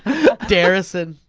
dareson.